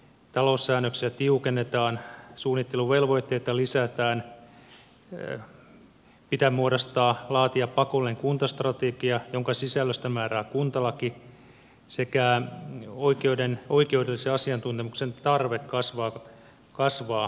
taloussäännöksiä tiukennetaan suunnitteluvelvoitteita lisätään pitää muodostaa laatia pakollinen kuntastrategia jonka sisällöstä määrää kuntalaki ja oikeudellisen asiantuntemuksen tarve kasvaa kunnan hallinnossa